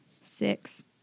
Six